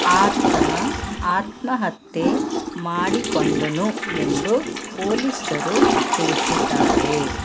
ಆತ ಆತ್ಮಹತ್ಯೆ ಮಾಡಿಕೊಂಡನು ಎಂದು ಪೊಲೀಸರು ತಿಳಿಸಿದ್ದಾರೆ